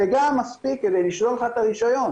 זה גם מספיק כדי לשלול לך את הרשיון.